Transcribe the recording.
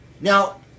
Now